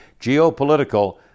geopolitical